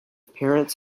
parents